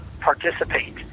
participate